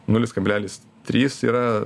nulis kablelis trys yra